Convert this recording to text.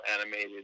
animated